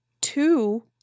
two